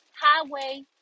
highway